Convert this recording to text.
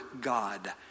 God